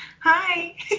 Hi